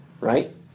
Right